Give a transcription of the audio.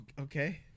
Okay